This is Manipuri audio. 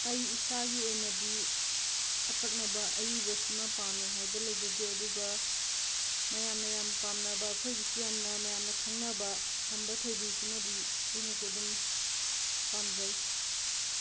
ꯑꯩ ꯏꯁꯥꯒꯤ ꯑꯣꯏꯅꯗꯤ ꯑꯀꯛꯅꯕ ꯑꯌꯤꯕꯁꯤꯃ ꯄꯥꯝꯃꯦ ꯍꯥꯏꯕ ꯂꯩꯖꯗꯦ ꯑꯗꯨꯒ ꯃꯌꯥꯝꯅ ꯌꯥꯝ ꯄꯥꯝꯅꯕ ꯑꯈꯣꯏꯒꯤꯁꯨ ꯌꯥꯝꯅ ꯃꯌꯥꯝꯅ ꯈꯪꯅꯕ ꯈꯝꯕ ꯊꯣꯏꯕꯤꯁꯤꯃꯗꯤ ꯑꯩꯅꯁꯨ ꯑꯗꯨꯝ ꯄꯥꯝꯖꯩ